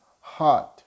heart